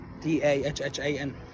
d-a-h-h-a-n